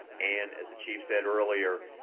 and, as the chief said earlier,